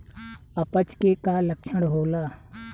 अपच के का लक्षण होला?